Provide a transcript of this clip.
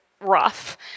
rough